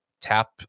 tap